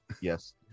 Yes